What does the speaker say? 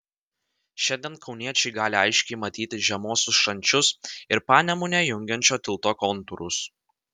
šiandien kauniečiai gali aiškiai matyti žemuosius šančius ir panemunę jungiančio tilto kontūrus